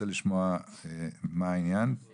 מי